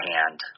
Hand